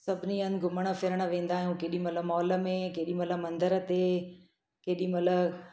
सभिनी हंधि घुमणु फिरणु वेंदा आहियूं केॾी महिल मॉल में केॾी महिल मंदर ते केॾी महिल